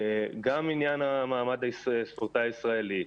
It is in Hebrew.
גם בעניין "הספורטאי הישראלי",